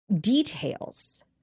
details